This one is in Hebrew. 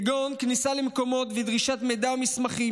כגון כניסה למקומות ודרישת מידע ומסמכים,